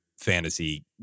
fantasy